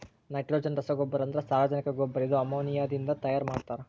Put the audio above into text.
nitrogen ರಸಗೊಬ್ಬರ ಅಂದ್ರ ಸಾರಜನಕ ಗೊಬ್ಬರ ಇದು ಅಮೋನಿಯಾದಿಂದ ತೈಯಾರ ಮಾಡ್ತಾರ್